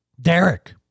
Derek